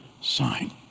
sign